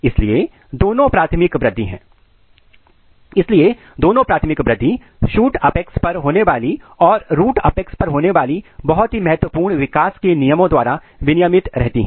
इसलिए दोनों प्राथमिक वृद्धि शूट अपेक्स पर होने वाली और रूट अपेक्स पर होने वाली बहुत ही महत्वपूर्ण विकास के नियमों द्वारा विनियमित रहती हैं